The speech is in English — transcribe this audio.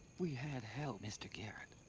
we had help, mr. garrett.